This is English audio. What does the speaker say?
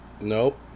Nope